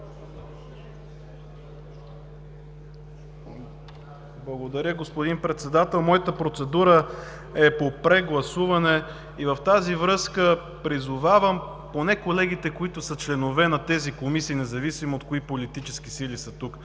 Благодаря, господин Председател. Моята процедура е по прегласуване и в тази връзка призовавам колегите, които са членове на тези комисии, независимо от кои политически сили са тук,